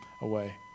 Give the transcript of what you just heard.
away